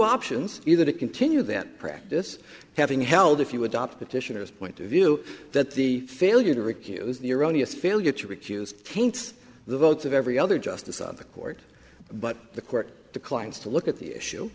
options either to continue that practice having held if you adopt petitioners point of view that the failure to recuse the erroneous failure to recuse taints the votes of every other justice on the court but the court declines to look at the issue